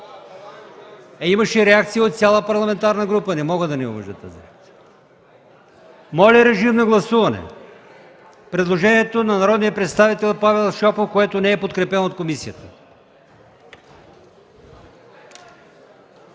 Имаше реакция от цяла парламентарна група, не мога да не я уважа. Моля, режим на гласуване предложението на народния представител Павел Шопов, което не е подкрепено от комисията.